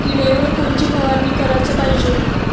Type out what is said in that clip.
किड्याइवर कोनची फवारनी कराच पायजे?